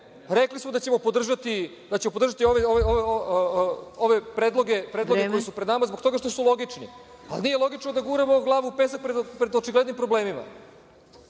Rekli smo da ćemo podržati ove predloge zakona koji su pred nama zbog toga što su logični. Ali, nije logično da guramo glavu u pesak pred očiglednim problemima.